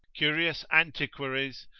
curious antiquaries,